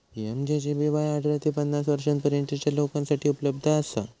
PMJJBY अठरा ते पन्नास वर्षांपर्यंतच्या लोकांसाठी उपलब्ध असा